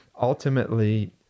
Ultimately